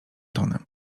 tonem